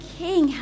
king